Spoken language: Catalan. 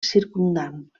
circumdant